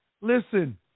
listen